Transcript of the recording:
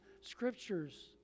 scriptures